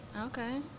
Okay